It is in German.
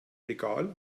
regal